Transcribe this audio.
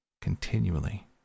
continually